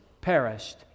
perished